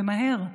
ומהר,